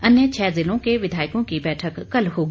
अन्य छह जिलों के विधायकों की बैठक कल होगी